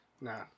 Nah